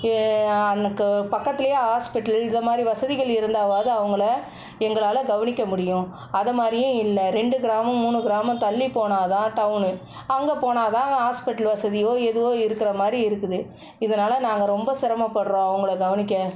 அன்னுக்கு பக்கத்துலேயே ஹாஸ்பிட்டல் இது மாதிரி வசதிகள் இருந்தாவாவது அவங்கள எங்களால் கவனிக்க முடியும் அது மாதிரியும் இல்லை ரெண்டு கிராமம் மூணு கிராமம் தள்ளி போனால் தான் டவுனு அங்கே போனால் தான் ஹாஸ்பிட்டல் வசதியோ எதுவோ இருக்கிற மாதிரி இருக்குது இதனால நாங்கள் ரெம்ப சிரமப்படுறோம் அவங்கள கவனிக்க